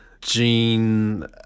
gene